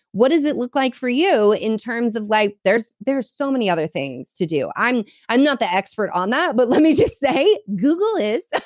what does it look like for you, in terms of, like there's there's so many other things to do. i'm i'm not the expert on that, but let me just say, google is.